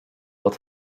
pod